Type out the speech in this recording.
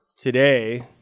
today